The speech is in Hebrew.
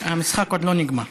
המשחק עוד לא נגמר.